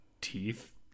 teeth